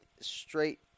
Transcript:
straight